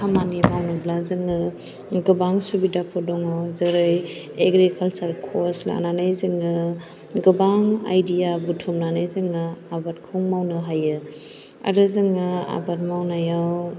खामानि मावनोब्ला जोङो गोबां सुबिदाफोर दङ जेरै एग्रिकाल्सार कर्स लानानै जोङो गोबां आइडिया बुथुमनानै जोङो आबादखौ मावनो हायो आरो जोङो आबाद मावनायाव